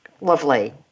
lovely